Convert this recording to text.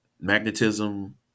magnetism